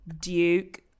Duke